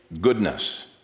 goodness